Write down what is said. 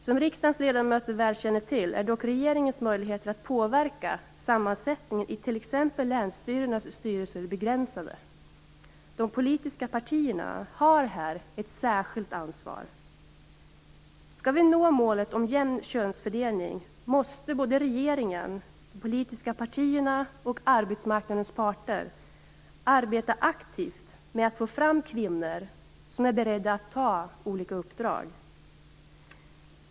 Som riksdagens ledamöter väl känner till är dock regeringens möjligheter att påverka sammansättningen av t.ex. länsstyrelsernas styrelser begränsade. De politiska partierna har här ett särskilt ansvar. Skall vi nå målet, en jämn könsfördelning, måste regeringen, de politiska partierna och arbetsmarknadens parter arbeta aktivt med att få fram kvinnor som är beredda att ta olika uppdrag.